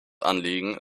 anliegen